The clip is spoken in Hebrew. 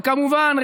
וכמובן,